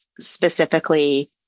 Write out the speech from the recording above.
specifically